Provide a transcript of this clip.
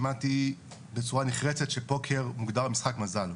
שמעתי בצורה נחרצת שפוקר מוגדר כמשחק מזל.